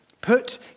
Put